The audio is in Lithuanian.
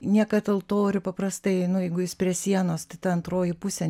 niekad altorių paprastai nu jeigu jis prie sienos tai ta antroji pusė